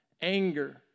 Anger